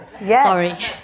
yes